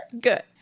good